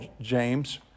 James